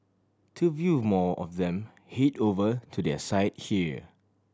to view more of them head over to their site here